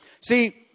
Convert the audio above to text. See